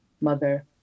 Mother